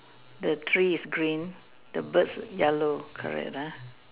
the tree is green the birds yellow correct ah